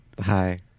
Hi